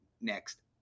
next